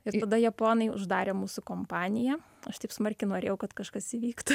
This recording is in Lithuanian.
ir tada japonai uždarė mūsų kompaniją aš taip smarkiai norėjau kad kažkas įvyktų